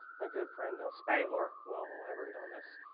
my good friend spangler will elaborate on this